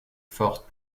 fort